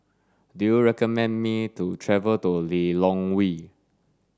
do you recommend me to travel to Lilongwe